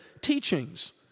teachings